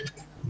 כן.